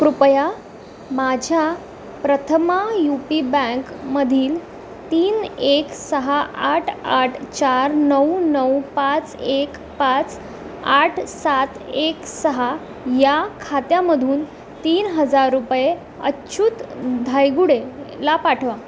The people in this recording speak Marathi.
कृपया माझ्या प्रथमा यू पी बँकमधील तीन एक सहा आठ आठ चार नऊ नऊ पाच एक पाच आठ सात एक सहा या खात्यामधून तीन हजार रुपये अच्युत धायगुडेला पाठवा